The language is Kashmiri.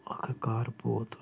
ٲخٕر کار بہٕ ووتُس